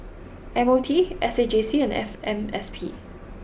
M O T S A J C and F M S P